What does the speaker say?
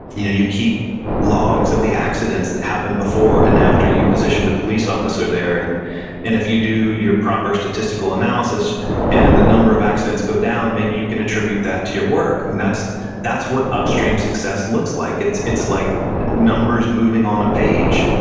you know you keep logs of the accidents that happen before and after you positioned a police officer there, and and if you do your proper statistical analysis and the number of accidents go down, maybe you can attribute that to your work. and that's that's what upstream success looks like. it's it's like numbers moving on a page.